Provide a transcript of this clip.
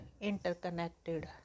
interconnected